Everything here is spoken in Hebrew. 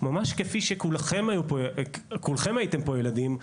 ממש כפי שכולכם הייתם פה ילדים,